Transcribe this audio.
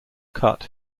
cut